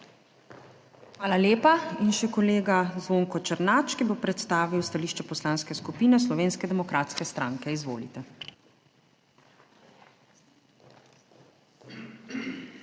Hvala lepa. In še kolega Zvonko Černač, ki bo predstavil stališče Poslanske skupine Slovenske demokratske stranke. Izvolite.